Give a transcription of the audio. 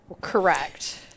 Correct